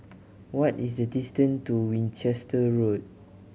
what is the distan to Winchester Road